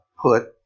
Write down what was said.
put